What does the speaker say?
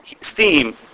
steam